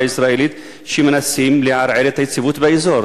הישראלית שמנסות לערער את היציבות באזור?